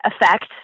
effect